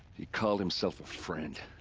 he called himself friend.